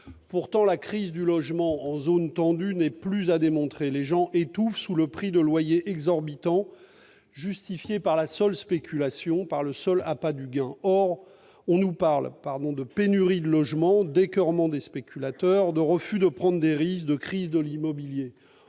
Pourtant, la crise du logement en zones tendues n'est plus à démontrer. Les gens sont étouffés par des loyers exorbitants, justifiés par la seule spéculation, par le seul appât du gain. On nous parle de pénurie de logements, d'écoeurement des spéculateurs, de refus de prendre des risques, de crise de l'immobilier